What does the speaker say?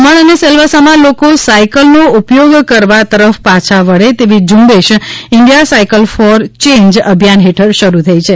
દમણ અને સેલ્વાસમાં લોકો સાઇકલનો ઉપયોગ કરવા તરફ પાછા વળે તેવી ઝુંબેશ ઈન્ડિયા સાઇકલ ફોર ચેન્જ અભિયાન હેઠળ શરૂ થઈ છે